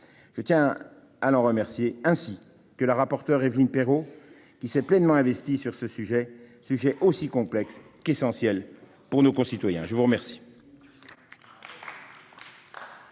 Je l'en remercie, ainsi que la rapporteure, Évelyne Perrot, qui s'est pleinement investie sur ce sujet aussi complexe qu'essentiel pour nos concitoyens. La parole